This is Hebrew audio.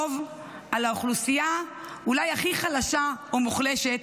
על האוכלוסייה אולי הכי חלשה או מוחלשת